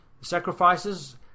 sacrifices